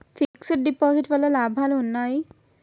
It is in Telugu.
ఫిక్స్ డ్ డిపాజిట్ వల్ల లాభాలు ఉన్నాయి?